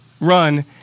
run